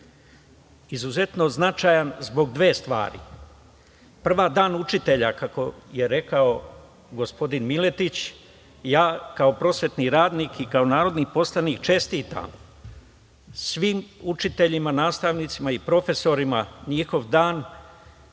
izuzetno značajan zbog dve stvari. Prva je dan učitelja, kako je rekao gospodin Miletić. Ja kao prosvetni radnik i kao narodni poslanik čestitam svim učiteljima, nastavnicima i profesorima njihov dan,